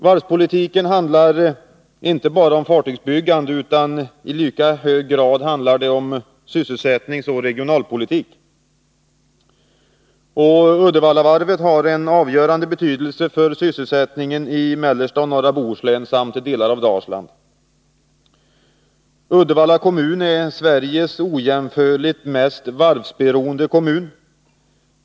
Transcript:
Varvspolitiken handlar inte bara om fartygsbyggande, utan i lika hög grad handlar det om sysselsättningsoch regionalpolitik. Uddevallavarvet har en avgörande betydelse för sysselsättningen i mellersta och norra Bohuslän samt delar av Dalsland. Uddevalla är Sveriges ojämförligt mest varvsberoende kommun.